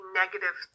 negative